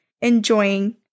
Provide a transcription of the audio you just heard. enjoying